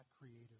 creative